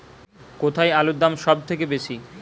কোথায় আলুর দাম সবথেকে বেশি?